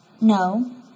No